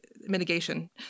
mitigation